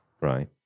Right